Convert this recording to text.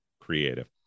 Creative